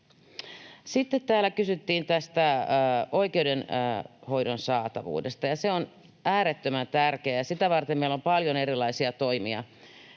Sitten täällä kysyttiin tästä oikeudenhoidon saatavuudesta. Se on äärettömän tärkeä, ja sitä varten meillä on paljon erilaisia toimia.